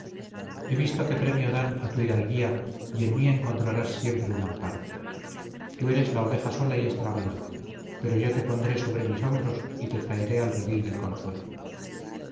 he visto qué premio dan a tu hidalguía y en mí encontrarás siempre un amparo tú eres la oveja sola y extraviada pero yo te pondré sobre mis hombros y te traeré al redil del consuelo